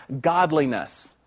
godliness